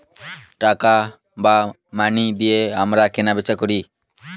টাকা বা মানি দিয়ে আমরা কেনা বেচা করি